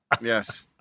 Yes